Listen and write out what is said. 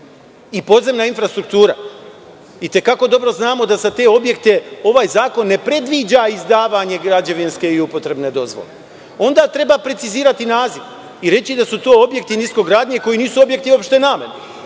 i podzemna infrastruktura. I te kako dobro znamo da za te objekte ovaj zakon ne predviđa izdavanje građevinske i upotrebne dozvole. Onda treba precizirati naziv i reći da su to objekti niskogradnje koji nisu objekti opšte namene.